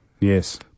Yes